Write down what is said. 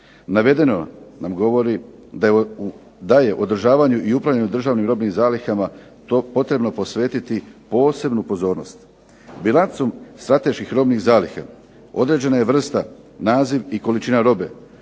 Navedeno nam govori da je održavanju i upravljanju državnim robnim zalihama to potrebno posvetiti posebnu pozornost. Bilancom strateških robnih zaliha određena je vrsta, naziv i količina robe